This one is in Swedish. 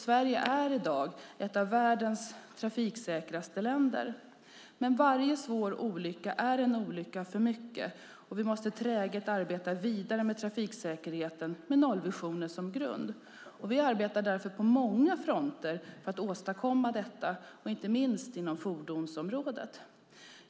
Sverige är i dag ett av världens trafiksäkraste länder. Men varje svår olycka är en olycka för mycket, och vi måste träget arbeta vidare med trafiksäkerheten med nollvisionen som grund. Vi arbetar därför på många fronter för att åstadkomma detta, inte minst inom fordonsområdet.